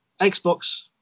Xbox